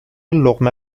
لقمه